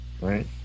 right